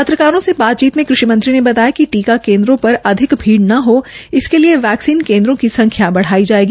पत्रकारों से बातचीत में कृषि मंत्री ने बताया कि टीका केन्द्रों पर अधिक भीड़ न हो इसके लिए वैक्सीन केन्द्रों की संख्या बढ़ाई जायेगी